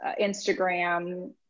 Instagram